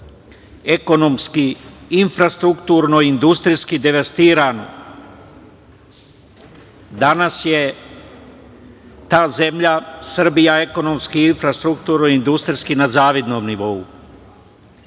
ekonomski, infrastrukturno, industrijski devastiranu. Danas je ta zemlja, Srbija ekonomski, infrastrukturno, industrijski na zavidnom nivou.